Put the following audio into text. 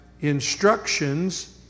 instructions